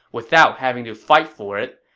without having to fight for it.